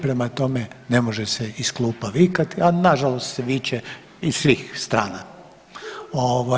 Prema tome, ne može se iz klupa vikati, a na žalost se viče iz svih strana.